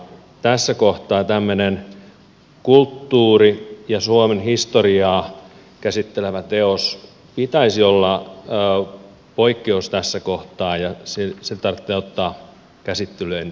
tässä kohtaa tämmöisen kulttuurin ja suomen historiaa käsittelevän teoksen pitäisi olla poikkeus ja se tarvitsee ottaa käsittelyyn erikseen